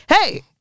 hey